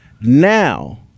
now